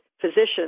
physicians